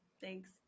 thanks